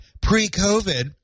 pre-COVID